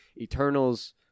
eternals